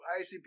ICP